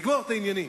לגמור את העניינים.